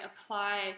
apply